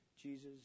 Jesus